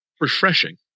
refreshing